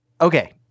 Okay